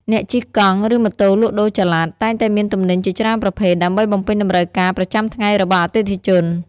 អ្នកជិះកង់ ឬម៉ូតូលក់ដូរចល័ត តែងតែមានទំនិញជាច្រើនប្រភេទ ដើម្បីបំពេញតម្រូវការប្រចាំថ្ងៃរបស់អតិថិជន។